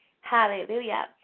Hallelujah